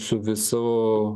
su visu